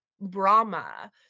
Brahma